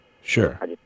Sure